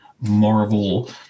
Marvel